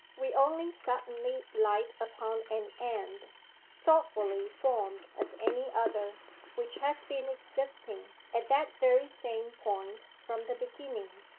we only suddenly light upon an end thoughtfully formed as any other which has been existing at that very same point from the beginning,